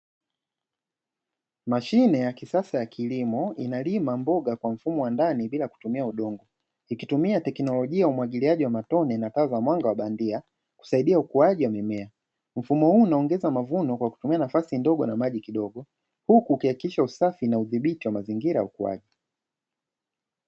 Mashine ya kisasa ya kilimo inalima mboga Kwa mfumo wa ndani bila kutumia udongo, ikitumia teknolojia ya umwagiliaji kwa njia ya matone na taa za mwanga wa bandia kusaidia ukuwaji wa mimea. Mfumo huu unaongeza mavuno na utumiaji wa maji kidogo huku ikiakikisha usafi na udhibiti wa mazingira ya ukuwaji.